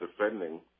defending